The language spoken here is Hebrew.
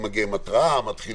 מתחיל